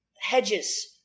hedges